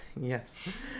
Yes